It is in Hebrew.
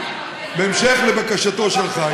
בהמשך לבקשתו של חיים,